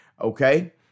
okay